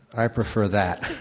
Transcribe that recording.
i prefer that.